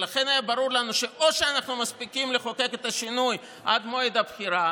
ולכן היה ברור לנו שאו שאנחנו מספיקים לחוקק את השינוי עד מועד הבחירה,